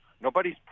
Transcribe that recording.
Nobody's